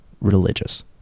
religious